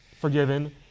forgiven